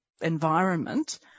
environment